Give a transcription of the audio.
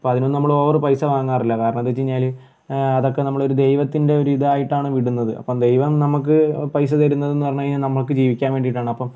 ഇപ്പം അതിനും നമ്മൾ ഓവറ് പൈസ വാങ്ങാറില്ല കാരണെന്താന്ന് വെച്ച് കഴിഞ്ഞാൽ ആ അതൊക്കെ നമ്മളൊരു ദൈവത്തിൻ്റെ ഒരിതായിട്ടാണ് വിടുന്നത് അപ്പം ദൈവം നമുക്ക് ആ പൈസ തരുന്നതെന്ന് പറഞ്ഞ് കഴിഞ്ഞാൽ നമുക്ക് ജീവിക്കാൻ വേണ്ടീട്ടാണ് അപ്പോൾ